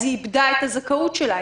והיא תאבד את הזכאות שלה.